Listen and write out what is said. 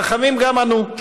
החכמים גם ענו: